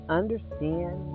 understand